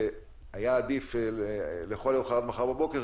והיה עדיף שזה לכל המאוחר עד מחר בבוקר,